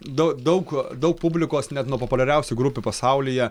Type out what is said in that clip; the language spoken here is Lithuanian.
daug daug daug publikos net nuo populiariausių grupių pasaulyje